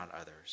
others